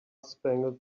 spangled